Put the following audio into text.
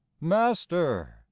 master